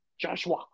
Joshua